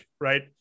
right